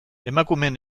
emakumeen